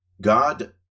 God